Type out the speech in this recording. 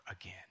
again